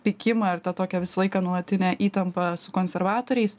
pykimą ir tą tokią visą laiką nuolatinę įtampą su konservatoriais